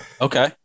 Okay